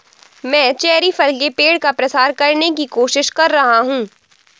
मैं चेरी फल के पेड़ का प्रसार करने की कोशिश कर रहा हूं